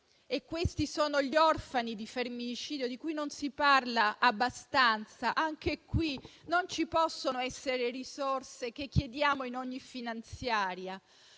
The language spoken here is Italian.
e questi sono gli orfani di femminicidio, di cui non si parla abbastanza. Anche in questo caso non possono essere risorse, che chiediamo in ogni finanziaria.